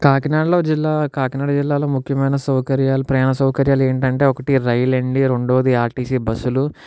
కాకినాడలో జిల్లా కాకినాడ జిల్లాలో ముఖ్యమైన సౌకర్యాలు ప్రయాణ సౌకర్యాలు ఏంటి అంటే ఒకటి రైలు అండి రెండోది ఆర్టీసి బస్సులు